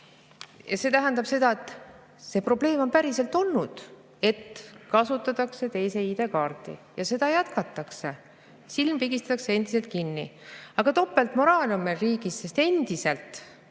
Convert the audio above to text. See tähendab seda, et see probleem on päriselt olnud, et kasutatakse teise ID‑kaarti. Ja seda jätkatakse. Silm pigistatakse endiselt kinni. Topeltmoraal on meie riigis. Endiselt